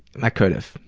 and i could've.